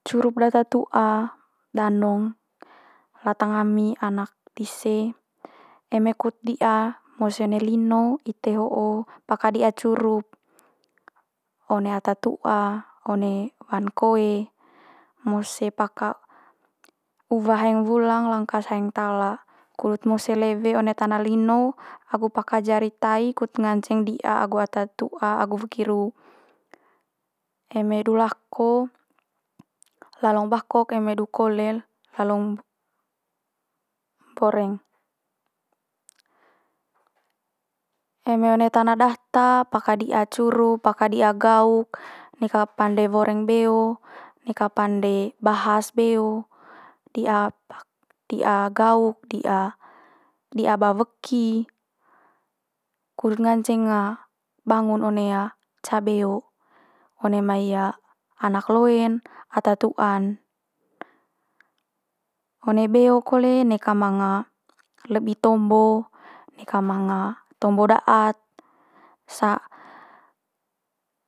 Curup data tu'a danong latang ami anak dise eme kut di'a mose one lino ite ho'o paka di'a curup, one ata tu'a, one wan koe mose paka uwa haeng wulang langkas haeng ntala kudut mose lewe one tana lino agu paka jari tai kut nganceng dia agu ata tu'a agu weki ru. Eme du lako lalong bakok eme du kole'n lalong mboreng. Eme one tana data paka di'a curup paka di'a gauk neka pande woreng beo, neka pande bahas beo, di'a di'a gauk di'a di'a ba weki, kudut nganceng bangun one ca beo, one mai anak luen ata tu'an. One beo kole neka manga lebi tombo, neka manga tombo daat, sa-